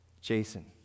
Jason